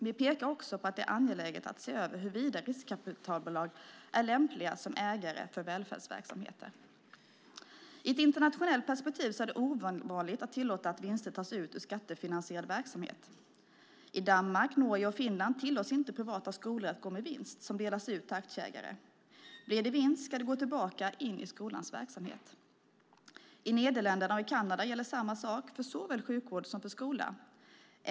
Vi pekar också på att det är angeläget att se över huruvida riskkapitalbolag är lämpliga som ägare av välfärdsverksamheter. I ett internationellt perspektiv är det ovanligt att tillåta att vinster tas ut ur skattefinansierad verksamhet. I Danmark, Norge och Finland tillåts inte privata skolor att gå med vinst som delas ut till aktieägare. Blir det vinst ska den gå tillbaka in i skolans verksamhet. I Nederländerna och i Kanada gäller samma sak för såväl sjukvård som skola.